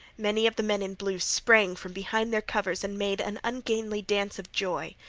many of the men in blue sprang from behind their covers and made an ungainly dance of joy.